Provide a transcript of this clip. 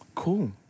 Cool